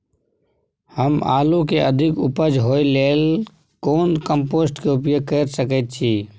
हम आलू के अधिक उपज होय लेल कोन कम्पोस्ट के उपयोग कैर सकेत छी?